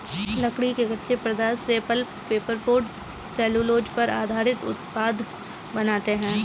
लकड़ी के कच्चे पदार्थ से paper, pulp, paper board, cellulose पर आधारित उत्पाद बनाते हैं